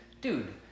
Dude